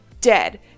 dead